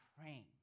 praying